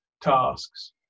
tasks